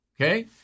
Okay